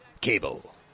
Cable